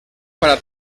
para